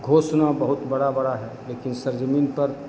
घोषणा बहुत बड़ा बड़ा है लेकिन सर ज़मीन पर